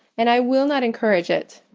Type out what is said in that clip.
and i will not encourage it.